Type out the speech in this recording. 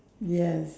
yes